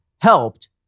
helped